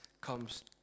comes